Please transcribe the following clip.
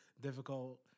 difficult